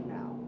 Now